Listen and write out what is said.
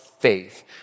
faith